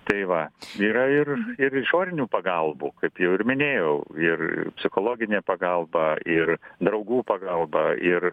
tai va yra ir ir išorinių pagalbų kaip jau ir minėjau ir psichologinė pagalba ir draugų pagalba ir